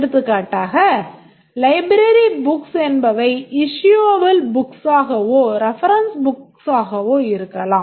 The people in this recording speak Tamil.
எடுத்துக்காட்டாக library புக்ஸ் என்பவை issuable books ஆகவோ reference books ஆகவோ இருக்கலாம்